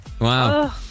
Wow